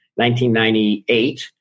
1998